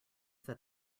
that